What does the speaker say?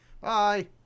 bye